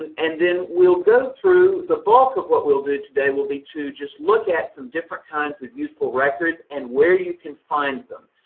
and and then we'll go through, the bulk of what we'll do today will be to just look at some different kinds of useful records and where you can find them.